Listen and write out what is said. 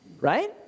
right